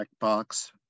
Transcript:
checkbox